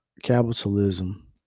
Capitalism